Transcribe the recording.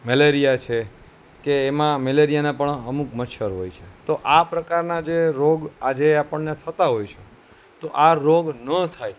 malaria છે કે એમાં મેલેરિયાના પણ અમુક મચ્છર હોય છે તો આ પ્રકારના જે રોગ આજે આપણને થતા હોય છે તો આ રોગ ન થાય